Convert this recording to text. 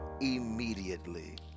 immediately